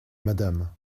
madame